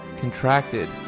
contracted